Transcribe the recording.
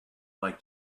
like